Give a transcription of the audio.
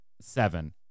seven